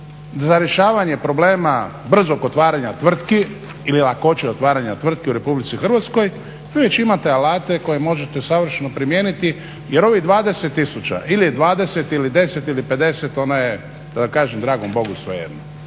za rješavanje problema brzog otvaranja tvrtki ili lakoće otvaranja tvrtki u Republici Hrvatskoj vi već imate alate koje možete savršeno primijeniti jer ovih 20 tisuća ili je 20 ili 10 ili 50 ona je da kažem dragom Bogu svejedno.